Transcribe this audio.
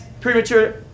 premature